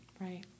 Right